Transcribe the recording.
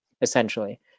essentially